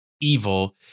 evil